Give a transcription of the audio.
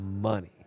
money